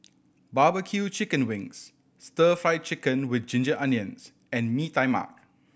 barbecue chicken wings Stir Fry Chicken with ginger onions and Mee Tai Mak